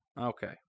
Okay